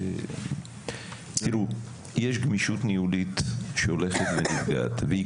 יש גמישות ניהולית שהולכת ונפגעת והיא